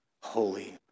holy